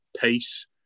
pace